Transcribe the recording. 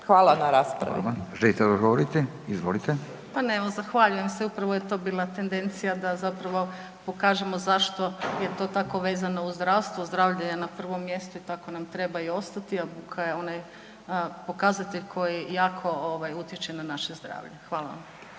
(Nezavisni)** Želi li odgovoriti? Izvolite. **Grba-Bujević, Maja (HDZ)** Zahvaljujem se. Upravo je to bila tendencija da pokažemo zašto je to tako vezano uz zdravstvo. Zdravlje je na prvom mjestu i tako nam treba ostati, a buka je onaj pokazatelj koji jako utječe na naše zdravlje. Hvala vam.